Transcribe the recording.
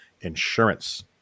insurance